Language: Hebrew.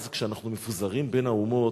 אז כשאנחנו מפוזרים בין האומות,